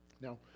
now